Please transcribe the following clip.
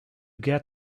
get